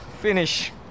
finish